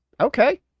Okay